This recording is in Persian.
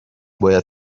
باید